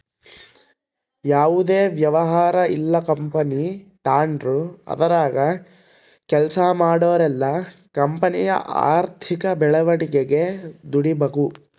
ಯಾವುದೇ ವ್ಯವಹಾರ ಇಲ್ಲ ಕಂಪನಿ ತಾಂಡ್ರು ಅದರಾಗ ಕೆಲ್ಸ ಮಾಡೋರೆಲ್ಲ ಕಂಪನಿಯ ಆರ್ಥಿಕ ಬೆಳವಣಿಗೆಗೆ ದುಡಿಬಕು